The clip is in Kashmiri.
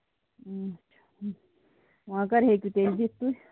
اۭں وۅنۍ کر ہٚیٚکِو تُہۍ دِتھ یہِ